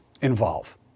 involve